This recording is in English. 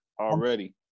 already